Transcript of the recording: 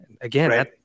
Again